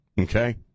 okay